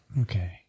Okay